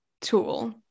tool